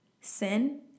Sin